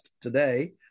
today